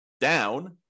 down